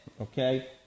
okay